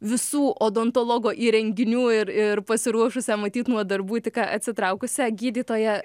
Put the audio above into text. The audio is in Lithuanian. visų odontologo įrenginių ir ir pasiruošusią matyt nuo darbų tik ką atsitraukusią gydytoją